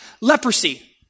leprosy